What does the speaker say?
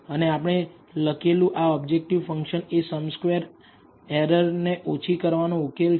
અને આપણે લખેલું આ ઓબ્જેક્ટીવ ફંકશન એ સમ સ્ક્વેર્ એરર ને ઓછી કરવાનો ઉકેલ છે